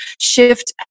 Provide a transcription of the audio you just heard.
shift